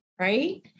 Right